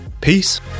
Peace